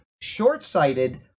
short-sighted